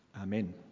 Amen